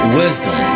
wisdom